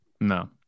No